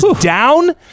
down